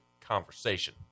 conversation